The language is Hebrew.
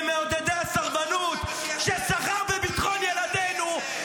ממעודדי הסרבנות -- תבעו אותך בכסף ----- שסחר בביטחון ילדינו,